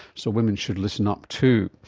so women should listen up too.